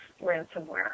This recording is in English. ransomware